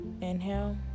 inhale